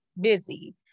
busy